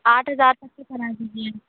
आठ हजार तक के करा दीजिए